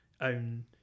own